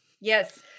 Yes